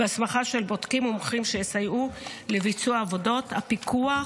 והסמכה של בודקים ומומחים שיסייעו לביצוע עבודות הפיקוח.